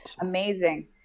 amazing